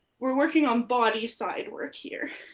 we're working on body side work here.